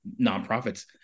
nonprofits